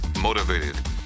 motivated